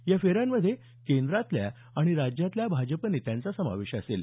या फेऱ्यांमध्ये केंद्रातल्या आणि राज्यातल्या भाजप नेत्यांचा समावेश असेल